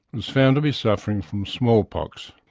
was found to be suffering from smallpox.